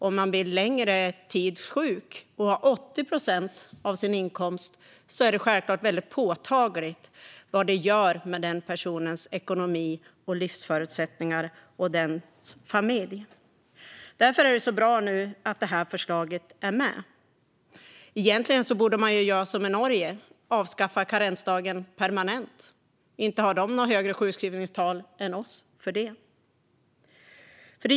Om man blir sjuk en längre tid och har 80 procent av sin inkomst är det självklart väldigt påtagligt vad det gör med den personens ekonomi, livsförutsättningar och familj. Därför är det nu så bra att det här förslaget är med. Egentligen borde man göra som i Norge och avskaffa karensdagen permanent. Inte har de några högre sjukskrivningstal än vad vi har för det.